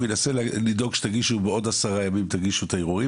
הוא ינסה לדאוג שתגישו עוד עשרה ימים את הערעורים